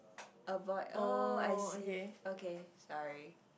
avoid oh I see okay sorry